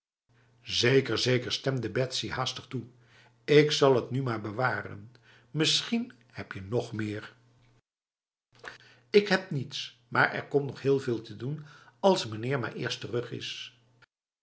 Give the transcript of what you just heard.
zeker zeker stemde betsy haastig toe ik zal het nu maar bewaren misschien heb je nog meerf ik heb niets maar er komt nog heel veel te doen als meneer maar eerst terug is